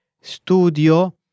Studio